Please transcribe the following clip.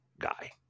guy